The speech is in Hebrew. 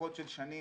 מחלוקות של שנים.